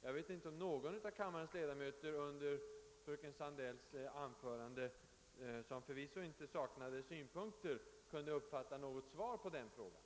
Jag vet inte om någon av kammarens ledamöter under fröken Sandells anförande, där det förvisso inte saknades synpunkter, kunde uppfatta något svar på den frågan.